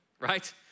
right